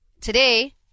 today